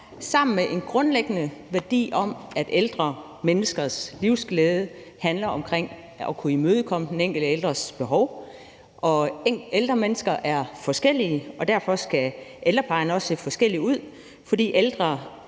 sammen med en grundlæggende værdi om, at ældre menneskers livsglæde handler om, at den enkelte ældres behov skal kunne imødekommes. Ældre mennesker er forskellige, og derfor skal ældreplejen også se forskellig ud, for ældre